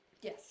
Yes